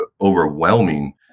overwhelming